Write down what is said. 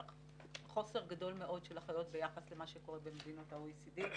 יש חוסר גדול מאוד של אחיות ביחס למה שקורה במדינות ה-OECD.